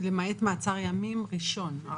למעט מעצר ימים ראשון.